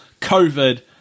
COVID